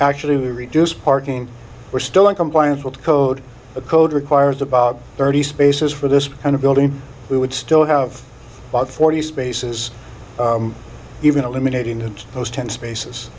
actually reduce parking we're still in compliance with code a code requires about thirty spaces for this kind of building we would still have about forty spaces even eliminating those ten spaces